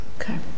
Okay